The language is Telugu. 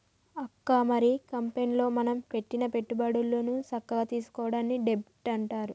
అక్క మరి కంపెనీలో మనం పెట్టిన పెట్టుబడులను సక్కగా తీసుకోవడాన్ని డెబ్ట్ అంటారు